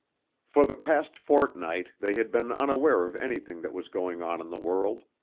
for the past fortnight they had been unaware of anything that was going on in the world.